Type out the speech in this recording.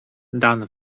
dan